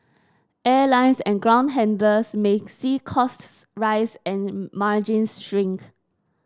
airlines and ground handlers may see costs rise and margins shrink